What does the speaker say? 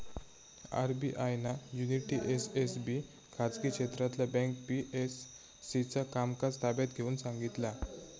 RBI ना Unity SFB खाजगी क्षेत्रातला बँक पी.एम.सी चा कामकाज ताब्यात घेऊन सांगितला